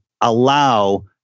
allow